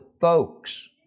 folks